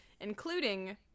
including